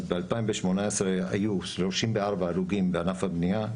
אז ב-2018 היו 34 הרוגים בענף הבנייה,